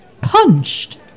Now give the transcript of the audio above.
Punched